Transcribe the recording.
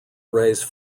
raise